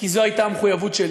כי זאת הייתה המחויבות שלי.